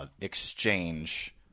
exchange